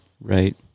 right